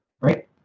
right